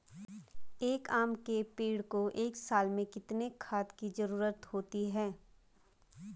एक आम के पेड़ को एक साल में कितने खाद की जरूरत होती है?